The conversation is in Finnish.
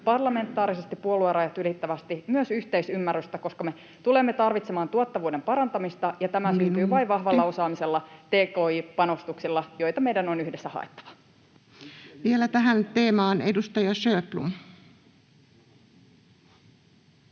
parlamentaarisesti, puoluerajat ylittävästi myös yhteisymmärrystä, koska me tulemme tarvitsemaan tuottavuuden parantamista [Puhemies: Minuutti!] ja tämä syntyy vain vahvalla osaamisella, tki-panostuksilla, joita meidän on yhdessä haettava. Vielä tähän teemaan edustaja Sjöblom.